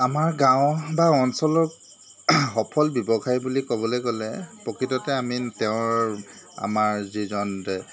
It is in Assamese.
আমাৰ গাঁও বা অঞ্চলত সফল ব্যৱসায় বুলি ক'বলৈ গ'লে প্ৰকৃততে আমি তেওঁৰ আমাৰ যিজন